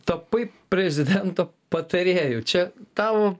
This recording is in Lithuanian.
tapai prezidento patarėju čia tau